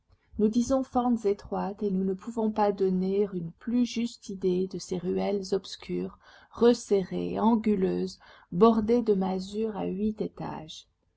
nous disons fentes étroites et nous ne pouvons pas donner une plus juste idée de ces ruelles obscures resserrées anguleuses bordées de masures à huit étages